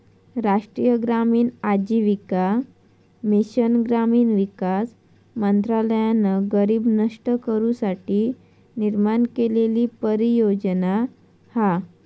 राष्ट्रीय ग्रामीण आजीविका मिशन ग्रामीण विकास मंत्रालयान गरीबी नष्ट करू साठी निर्माण केलेली परियोजना हा